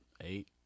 eight